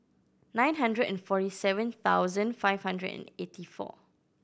nine hundred and forty seven thousand five hundred and eighty four